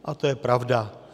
A to je pravda.